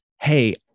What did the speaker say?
Hey